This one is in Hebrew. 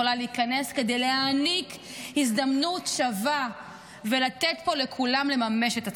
להיכנס כדי להעניק הזדמנות שווה ולתת פה לכולם לממש את עצמם,